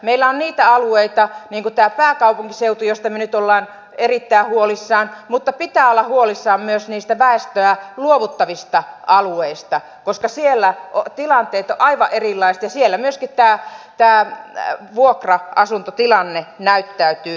meillä on niitä alueita niin kuin tämä pääkaupunkiseutu joista me nyt olemme erittäin huolissamme mutta pitää olla huolissaan myös niistä väestöä luovuttavista alueista koska siellä tilanteet ovat aivan erilaiset ja siellä myöskin tämä vuokra asuntotilanne näyttäytyy erilaisena